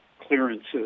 Clearances